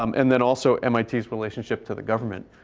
um and then, also, and mit's relationship to the government,